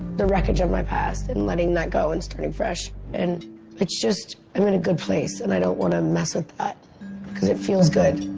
the wreckage of my past and letting that go, and starting fresh. and it's just i'm in a good place, and i don't wanna mess with that, cuz it feels good.